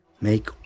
make